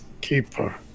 keeper